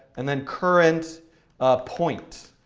and then current point.